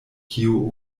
kio